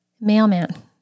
mailman